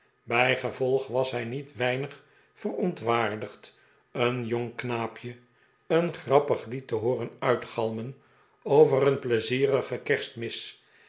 bijgevolg was hij niet weinig verontwaardigd een jong knaapje een grappig lied te hooren uitgalmen over een plezierige kerstmis